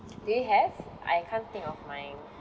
do you have I can't think of mine